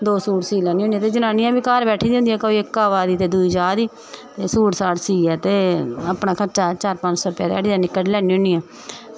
दो सूट सीह् लैन्नी होन्नी ते जनानियां बी घर बैठी दियां होंदियां कोई इक्क आवा दी ते दूई जा दी ते सूट साट सीइयै ते अपना खर्चा चार पंज सौ रपेआ ध्याड़ी दा कड्ढी लैन्नी होन्नी